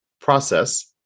process